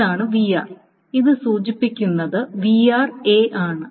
ഇതാണ് vr ഇത് സൂചിപ്പിക്കുന്നത് vr ആണ്